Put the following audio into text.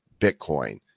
Bitcoin